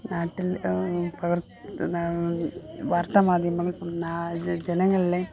നാട്ടിൽ പ്രവർ വാർത്താമാധ്യമങ്ങൾ ജനങ്ങളിലെ